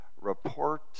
report